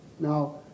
Now